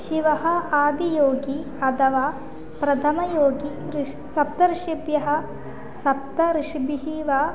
शिवः आदियोगी अथवा प्रथमयोगी ऋषिः सप्तऋषिभ्यः सप्तऋषिभिः वा